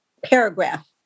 paragraph